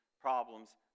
problems